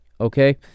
Okay